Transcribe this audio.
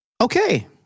Okay